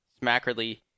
Smackerly